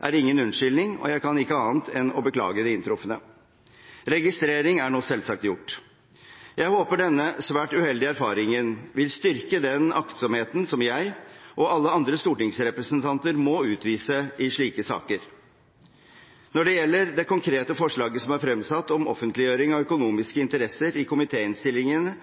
er ingen unnskyldning, og jeg kan ikke annet enn å beklage det inntrufne. Registrering er nå selvsagt gjort. Jeg håper denne svært uheldige erfaringen vil styrke den aktsomheten som jeg og alle andre stortingsrepresentanter må utvise i slike saker. Når det gjelder det konkrete forslaget som er fremsatt om offentliggjøring av økonomiske interesser i komitéinnstillingene,